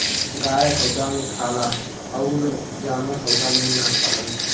गाय हउदा मे खाला अउर जानवर हउदा मे ना खालन